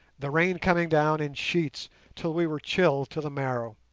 the rain coming down in sheets till we were chilled to the marrow,